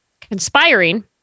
conspiring